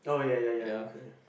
oh ya ya ya okay